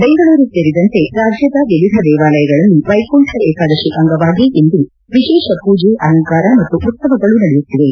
ಬೆಂಗಳೂರು ಸೇರಿದಂತೆ ರಾಜ್ಯದ ವಿವಿಧ ದೇವಾಲಯಗಳಲ್ಲಿ ವೈಕುಂಠ ಏಕಾದಶಿ ಅಂಗವಾಗಿ ಇಂದು ವಿಶೇಷ ಪೂಜೆ ಅಲಂಕಾರ ಮತ್ತು ಉತ್ಸವಗಳು ನಡೆಯುತ್ತಿವೆ